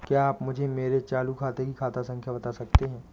क्या आप मुझे मेरे चालू खाते की खाता संख्या बता सकते हैं?